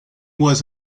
was